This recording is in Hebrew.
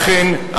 אכן,